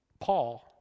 Paul